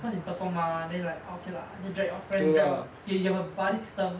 cause in tekong mah then like orh okay lah just drag your friend drag your you you have a buddy system